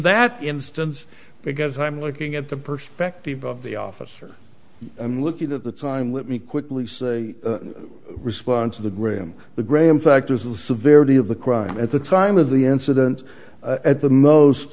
that instance because i'm looking at the perspective of the officer and looking at the time let me quickly respond to the gram the gram factors the severity of the crime at the time of the incident at the most